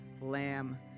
lamb